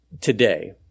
today